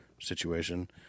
situation